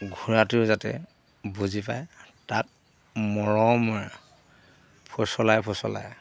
ঘোঁৰাটো যাতে বুজি পায় তাত মৰম ফচলাই ফচলাই